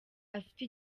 afite